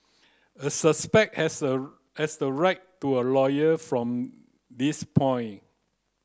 a suspect has a has the right to a lawyer from this point